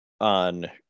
on